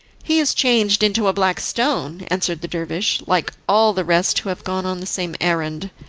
he is changed into a black stone, answered the dervish, like all the rest who have gone on the same errand,